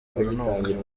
urunuka